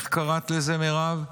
איך קראת לזה, מירב?